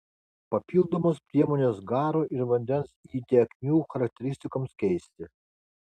papildomos priemonės garo ir vandens įtekmių charakteristikoms keisti